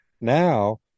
now